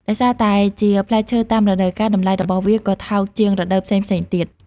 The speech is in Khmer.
ដោយសារតែជាផ្លែឈើតាមរដូវកាល តម្លៃរបស់វាក៏ថោកជាងរដូវផ្សេងៗទៀត។